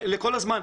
לכל הזמן.